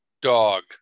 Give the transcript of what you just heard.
Dog